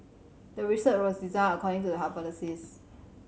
the research was designed according to the hypothesis